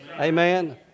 Amen